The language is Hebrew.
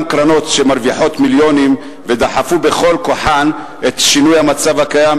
קרנות שמרוויחות מיליונים ודחפו בכל כוחן את שינוי המצב הקיים,